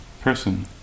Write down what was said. person